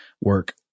work